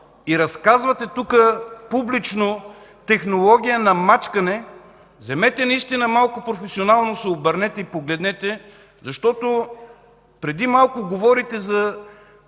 и разказвате тук публично технология на мачкане, вземете наистина и малко професионално се обърнете и погледнете, защото преди малко говорите как